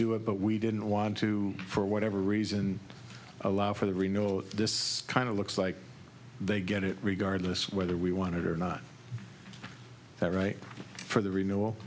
do it but we didn't want to for whatever reason allow for the reno this kind of looks like they get it regardless whether we want it or not that right for the ren